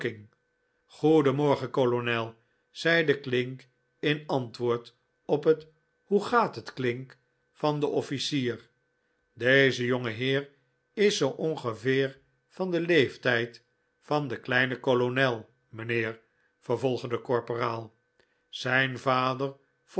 goeden morgen kolonel zeide clink in antwoord op het hoe gaat het clink van den officier deze jongeheer is zoo ongeveer van den leeftijd van den kleinen kolonel mijnheer vervolgde de korporaal zijn vader